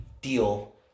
deal